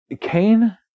Cain